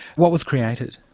what was created?